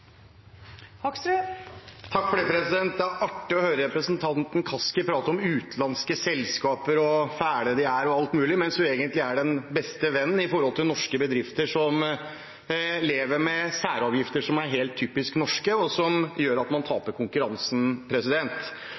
og alt mulig, mens hun egentlig er deres beste venn sett i forhold til norske bedrifter, som lever med særavgifter som er helt typisk norske, og som gjør at man taper i konkurransen.